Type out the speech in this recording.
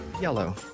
yellow